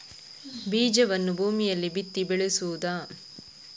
ಬೀಜವನ್ನು ಭೂಮಿಯಲ್ಲಿ ಬಿತ್ತಿ ಬೆಳೆಸುವುದಾ?